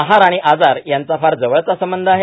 आहार आणि आजार यांचा फार जवळचा संबंध आहे